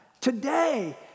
Today